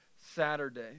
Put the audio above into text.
Saturday